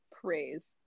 Praise